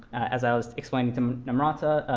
as i was explaining to namrata,